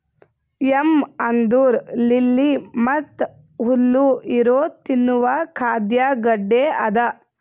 M ಅಂದುರ್ lily ಮತ್ತ ಹುಲ್ಲು ಇರೊ ತಿನ್ನುವ ಖಾದ್ಯ ಗಡ್ಡೆ ಅದಾ